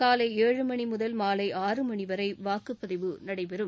காலை ஏழு மணி முதல் மாலை ஆறு மணி வரை வாக்குப்பதிவு நடைபெறும்